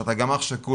אתה גם אח שכול,